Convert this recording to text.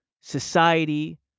society